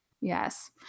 Yes